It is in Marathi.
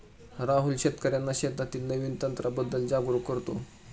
राहुल शेतकर्यांना शेतीतील नवीन तंत्रांबद्दल जागरूक करतो